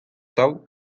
atav